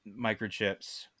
Microchips